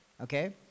Okay